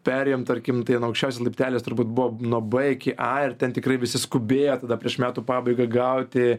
perėjom tarkim tai in aukščiausias laiptelis turbūt buvo nuo b iki a ir ten tikrai visi skubėjo tada prieš metų pabaigą gauti